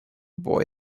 boy